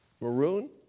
maroon